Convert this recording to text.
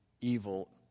evil